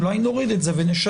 אולי נוריד את זה ונשנה.